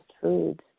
foods